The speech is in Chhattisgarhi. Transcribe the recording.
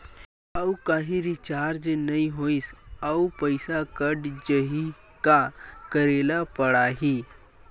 आऊ कहीं रिचार्ज नई होइस आऊ पईसा कत जहीं का करेला पढाही?